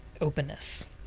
openness